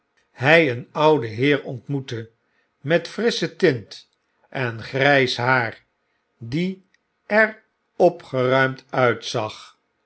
hg een ouden heer ontmoette met frissche tint en grjjs haar die er opgeruimd uitzag